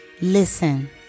listen